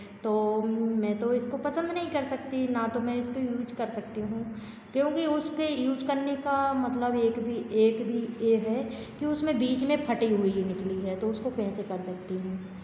तो मैं तो इसको पसंद नहीं कर सकती ना तो मैं इसकी यूज़ कर सकती हूँ क्योंकि उसके यूज़ करने का मतलब एक भी एक भी ये है कि उसमें बीच में फटी हुई निकली है तो उसको कहीं से कर सकती हूँ